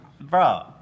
Bro